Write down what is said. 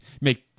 make